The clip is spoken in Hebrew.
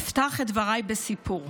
אפתח את דבריי בסיפור: